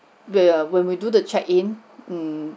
when when we do the check in mm